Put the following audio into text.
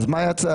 אז מה יצא?